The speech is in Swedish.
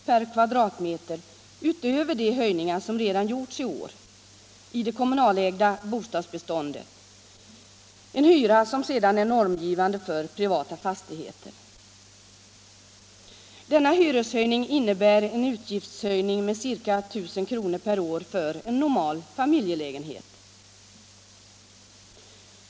per kvadratmeter, utöver de höjningar som redan gjorts i det kommunalägda bostadsbeståndet, en hyra som sedan blir normgivande för privata fastigheter. Denna hyreshöjning innebär en utgiftshöjning med ca 1000 kr. per år för en normal familjelägenhet.